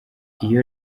iyo